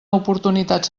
oportunitat